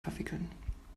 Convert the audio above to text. verwickeln